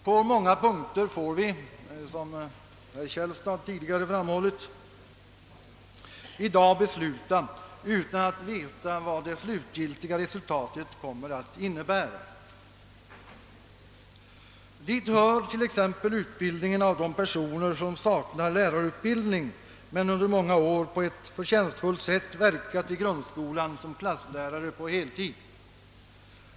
På många punkter får vi, som herr Källstad tidigare framhållit, i dag besluta utan att veta vad det slutgiltiga resultatet kommer att innebära. Dit hör t.ex. utbildningen av de personer som saknar lärarutbildning men under många år på ett förtjänstfullt sätt verkat i grundskolan som klasslärare på heltid.